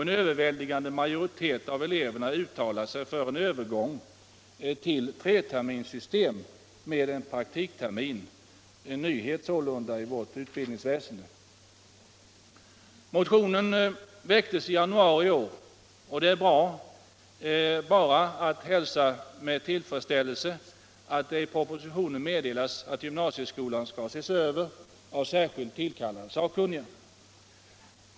En överväldigande majoritet av eleverna uttalar sig för övergång till treterminssystem med en praktikperiod, en nyhet således i vårt utbildningsväsende. Motionen väcktes i januari i år, och det är bara att hälsa med tillfredsställelse att i propositionen meddelas att gymnasieskolan skall ses över av särskilt tillkallade sakkunniga.